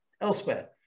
elsewhere